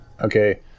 Okay